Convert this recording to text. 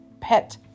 pet